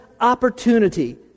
opportunity